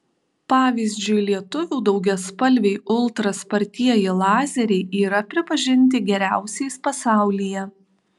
pavyzdžiui lietuvių daugiaspalviai ultra spartieji lazeriai yra pripažinti geriausiais pasaulyje